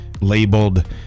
labeled